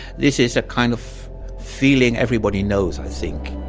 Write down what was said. this is a kind of feeling everybody knows, i think